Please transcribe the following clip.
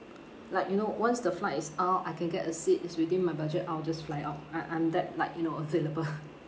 like you know once the flight is out I can get a seat it's within my budget I will just fly out I I'm that like you know available